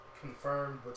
confirmed